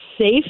safe